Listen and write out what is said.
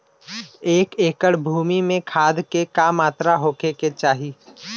एक एकड़ भूमि में खाद के का मात्रा का होखे के चाही?